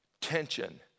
tension